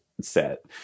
set